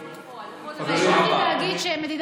אני חושב שצריך לחשוב על איזה סוג של פיצוי,